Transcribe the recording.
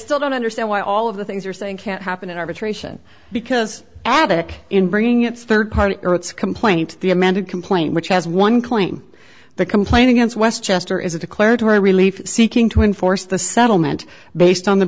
still don't understand why all of the things you're saying can't happen in arbitration because aduc in bringing its rd party or its complaint the amended complaint which has one claim the complaint against westchester is a declaratory relief seeking to enforce the settlement based on the